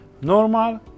Normal